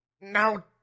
Now